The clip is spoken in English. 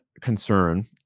concern